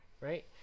right